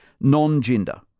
Non-gender